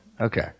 Okay